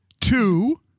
Two